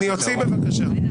אני אוציא בבקשה.